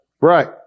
Right